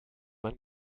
man